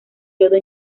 yodo